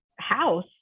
House